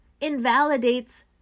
invalidates